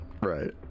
Right